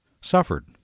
suffered